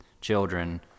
children